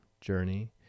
journey